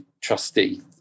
trustee